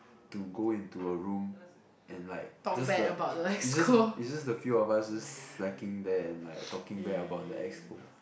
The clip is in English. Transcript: to go into a room and like just the is just is just the few of us just slacking there and like talking bad about the exco